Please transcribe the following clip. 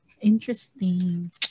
Interesting